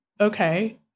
okay